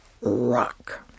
rock